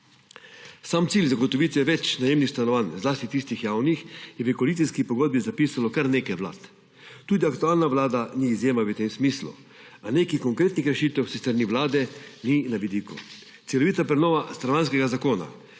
Sam cilj zagotovitve več najemnih stanovanj, zlasti tistih javnih, je v koalicijski pogodbi zapisalo kar nekaj vlad. Tudi aktualna vlada ni izjema v tem smislu, a nekih konkretnih rešitev s strani vlade ni na vidiku, celovita prenova Stanovanjskega zakona,